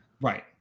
Right